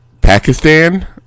Pakistan